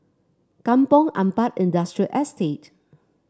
Kampong Ampat Industrial Estate